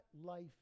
life